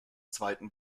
zweiten